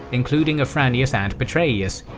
including afranius and petreius,